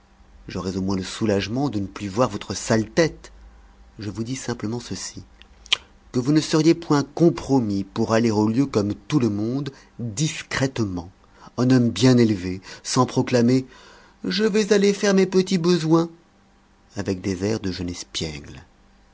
j'aurais au moins le soulagement de ne plus voir votre sale tête je vous dis simplement ceci que vous ne seriez point compromis pour aller aux lieux comme tout le monde discrètement en homme bien élevé sans proclamer je vais aller faire mes petits besoins avec des airs de jeune espiègle